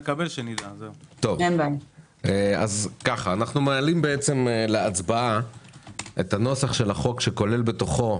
אנחנו מעלים להצבעה את הנוסח של החוק שכולל בתוכו